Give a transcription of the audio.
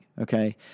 Okay